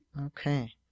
Okay